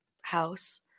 house